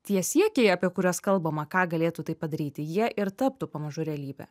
tie siekiai apie kuriuos kalbama ką galėtų tai padaryti jie ir taptų pamažu realybe